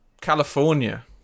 California